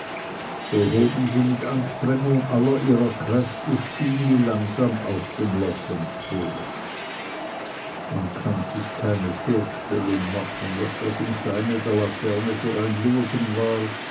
so hoben sie mit anstrengung aller ihrer kräfte stini langsam aus dem loch empor man kann sich keine vorstellung machen was das im scheine der laterne für ein luegen war